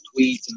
tweets